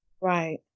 Right